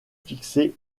fixés